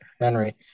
Henry